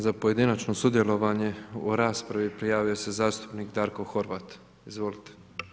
Za pojedinačno sudjelovanje u raspravi prijavio se zastupnik Darko Horvat, izvolite.